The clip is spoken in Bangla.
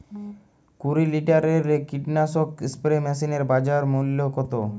কুরি লিটারের কীটনাশক স্প্রে মেশিনের বাজার মূল্য কতো?